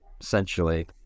essentially